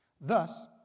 Thus